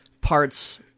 parts